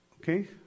okay